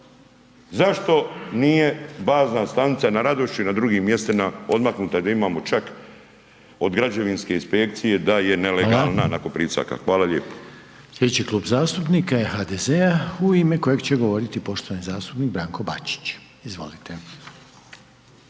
Zašto nije bazna stanica na Radošću i na drugim mjestima odmaknuta da imamo čak od građevinske inspekcije da je nelegalna nakon pritisaka. Hvala lijepa. **Reiner, Željko (HDZ)** Hvala. Sljedeći Klub zastupnika je HDZ-a u ime kojeg će govoriti poštovani zastupnik Branko Bačić. Izvolite.